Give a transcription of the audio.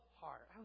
heart